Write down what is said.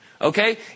Okay